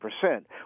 percent